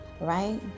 right